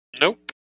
Nope